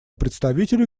представителю